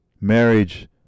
Marriage